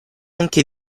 anche